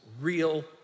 Real